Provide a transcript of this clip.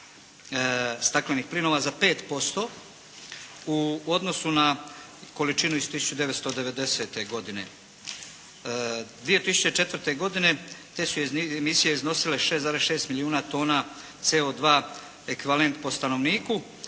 staklenih plinova za 5% u odnosu na količinu iz 1990. godine. 2004. godine te su emisije iznosile 6,6 milijuna tona CO2 ekvivalent po stanovniku,